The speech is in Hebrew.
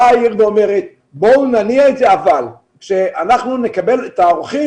בא העיר ואומרת בואו נניע את זה אבל שאנחנו נקבל את האורחים